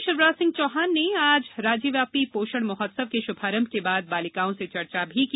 मुख्यमंत्री शिवराज सिंह चौहान ने आज राज्यव्यापी पोषण महोत्सव के शुभारंभ के बाद बालिकाओं से चर्चा की